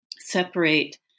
separate